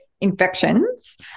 infections